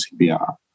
CPR